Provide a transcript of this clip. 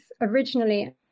originally